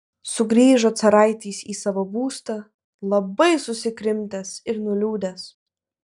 sugrįžo caraitis į savo būstą labai susikrimtęs ir nuliūdęs